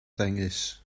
ddengys